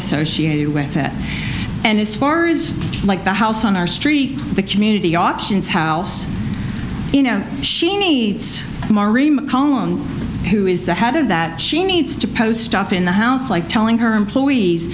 associated with it and is far is like the house on our street the community options house you know she needs who is the head of that she needs to post stuff in the house like telling her employees